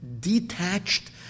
detached